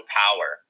power